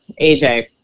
AJ